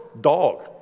dog